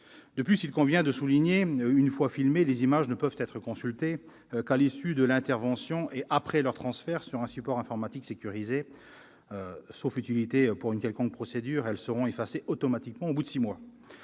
De plus, il convient de le souligner, une fois filmées, les images ne peuvent être consultées qu'à l'issue de l'intervention et « après leur transfert sur un support informatique sécurisé ». Sauf utilité pour une quelconque procédure, elles seront effacées « automatiquement » au bout de six mois.